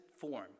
form